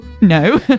No